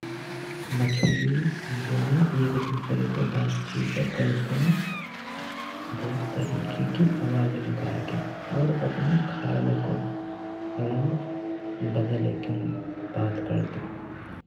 मछली जो हैं एक दूसरे से बातचीत करतीं, बहुत तरीक के आवाज निकाल कै और अपनी खाल को रंग बदल के बात करतीं।